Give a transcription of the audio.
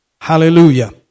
Hallelujah